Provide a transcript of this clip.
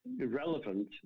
irrelevant